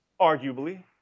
Arguably